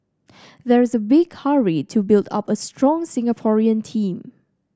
there's a big hurry to build up a strong Singaporean team